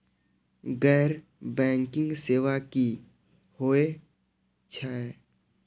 गैर बैंकिंग सेवा की होय छेय?